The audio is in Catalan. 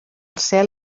cel